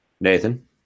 Nathan